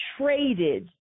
traded